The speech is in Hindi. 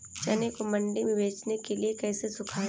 चने को मंडी में बेचने के लिए कैसे सुखाएँ?